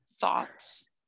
thoughts